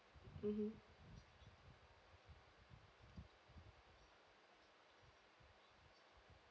mmhmm